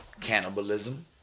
cannibalism